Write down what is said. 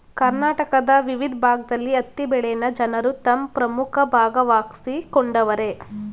ಕರ್ನಾಟಕದ ವಿವಿದ್ ಭಾಗ್ದಲ್ಲಿ ಹತ್ತಿ ಬೆಳೆನ ಜನರು ತಮ್ ಪ್ರಮುಖ ಭಾಗವಾಗ್ಸಿಕೊಂಡವರೆ